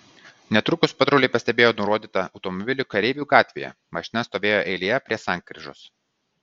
netrukus patruliai pastebėjo nurodytą automobilį kareivių gatvėje mašina stovėjo eilėje prie sankryžos